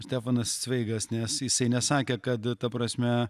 štefanas cveigas nes jisai nesakė kad ta prasme